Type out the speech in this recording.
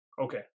Okay